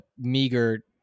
meager